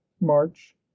March